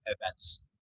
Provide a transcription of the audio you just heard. events